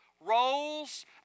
Roles